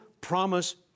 promise